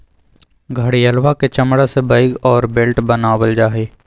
घड़ियलवा के चमड़ा से बैग और बेल्ट बनावल जाहई